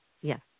Yes